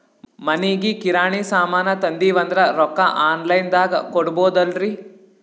ಮನಿಗಿ ಕಿರಾಣಿ ಸಾಮಾನ ತಂದಿವಂದ್ರ ರೊಕ್ಕ ಆನ್ ಲೈನ್ ದಾಗ ಕೊಡ್ಬೋದಲ್ರಿ?